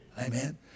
Amen